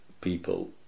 people